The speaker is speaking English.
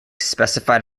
specified